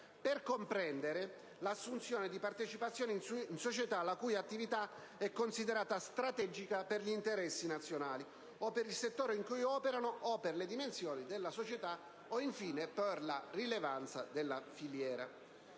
per comprendere l'assunzione di partecipazioni in società la cui attività è considerata strategica per gli interessi nazionali, o per il settore in cui operano, o per la dimensione della società o, infine, per la rilevanza della filiera.